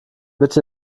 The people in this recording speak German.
bitte